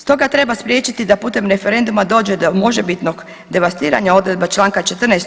Stoga treba spriječiti da putem referenduma dođe do možebitnog devastiranja odredba čl. 14.